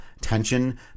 tension